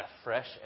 afresh